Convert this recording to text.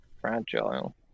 fragile